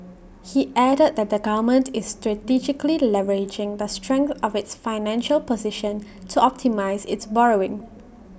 he added that the government is strategically leveraging the strength of its financial position to optimise its borrowing